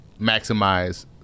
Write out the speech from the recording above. maximize